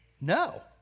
No